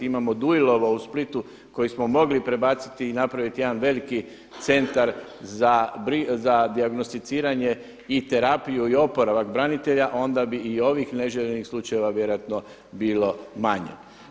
Imamo Dujlovo u Splitu koji smo mogli prebaciti i napraviti jedan veliki centar za dijagnosticiranje i terapiju i oporavak branitelja, onda bi i ovih neželjenih slučajeva vjerojatno bilo manje.